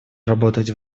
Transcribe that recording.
работать